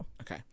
Okay